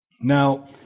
Now